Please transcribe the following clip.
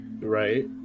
Right